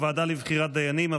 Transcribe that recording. הוועדה לבחירת דיינים,